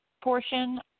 portion